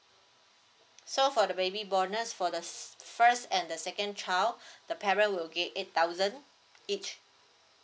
so for the baby bonus for the first and the second child the parent will get eight thousand each